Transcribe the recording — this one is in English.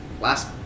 last